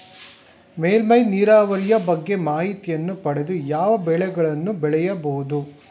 ಮೇಲ್ಮೈ ನೀರಾವರಿಯ ಬಗ್ಗೆ ಮಾಹಿತಿಯನ್ನು ಪಡೆದು ಯಾವ ಬೆಳೆಗಳನ್ನು ಬೆಳೆಯಬಹುದು?